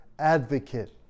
Advocate